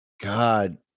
God